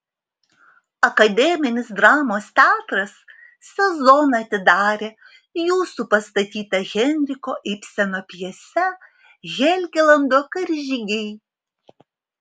akademinis dramos teatras sezoną atidarė jūsų pastatyta henriko ibseno pjese helgelando karžygiai